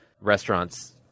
restaurants